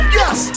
yes